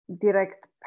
direct